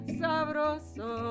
sabroso